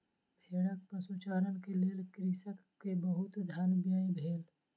भेड़क पशुचारण के लेल कृषक के बहुत धन व्यय भेल